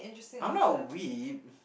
I'm not web